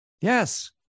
Yes